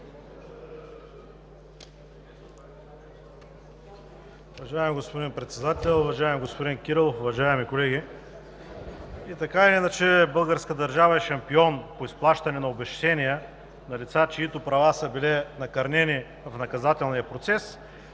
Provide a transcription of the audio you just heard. Уважаеми господин Председател, уважаеми господин Кирилов, уважаеми колеги! Така или иначе българската държава е шампион по изплащане на обезщетения на деца, чиито права са били накърнени в наказателния процес.